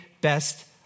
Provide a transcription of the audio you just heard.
best